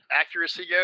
accuracy